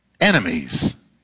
enemies